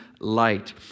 Light